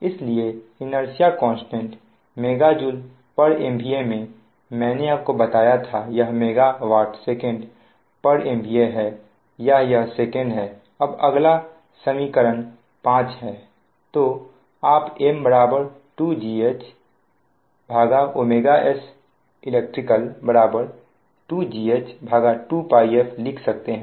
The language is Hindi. इसलिए इनेर्सिया कांस्टेंट MJMVA में मैंने आपको बताया था यह MW secMVA है या यह सेकंड है अब अगला समीकरण 5 से तो आप M 2GHs elect 2GH2Πf लिख सकते हैं